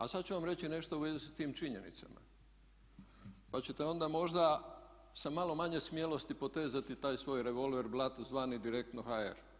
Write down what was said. A sad ću vam reći nešto u vezi s tim činjenicama pa ćete onda možda sa malo manje smjelosti potezati taj svoj revolver blatt zvani direktno HR.